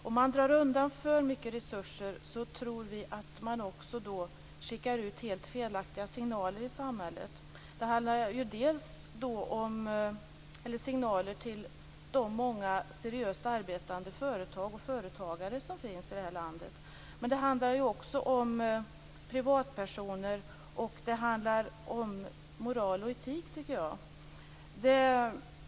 Om man drar undan för mycket resurser, tror vi att man skickar ut helt felaktiga signaler till de många seriöst arbetande företagare som finns i det här landet. Men det handlar också om privatpersoner och om moral och etik, tycker jag.